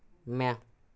म्या